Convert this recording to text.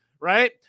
right